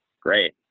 Great